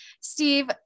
steve